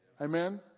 amen